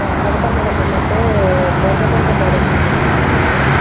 ಹಾಂ ಅದಕ್ಕೆ ಮೇಡಮ್ಮು ಮತ್ತೆ ಬರಬೇಕಂತ ಮಾಡಿದ್ವಿ ಮೇಡಮ್ ನಾವು